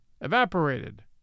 evaporated